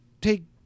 take